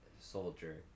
soldier